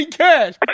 cash